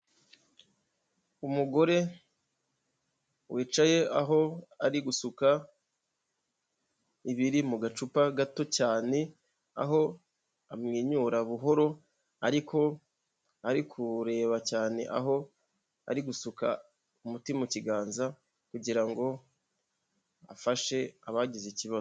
Umugore wicaye aho ari gusuka ibiri mu gacupa gato cyane aho amwenyura buhoro ariko ari kureba cyane aho ari gusuka umuti mu kiganza kugira ngo afashe abagize ikibazo.